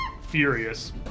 furious